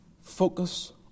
Focus